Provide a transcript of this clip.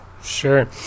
sure